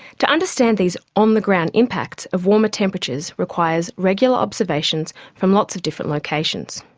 to understand these on-the-ground impacts of warmer temperatures requires regular observations from lots of different locations.